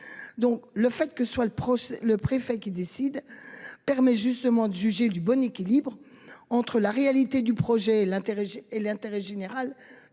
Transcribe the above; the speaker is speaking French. Donc le fait que ce soit le procès le préfet qui décide permet justement de juger du bon équilibre entre la réalité du projet l'intérêt et